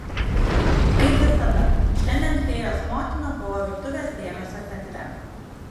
kaip visada šiandien fėjos motina buvo virtuvės dėmesio centre